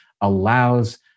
allows